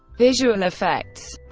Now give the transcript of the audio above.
visual effects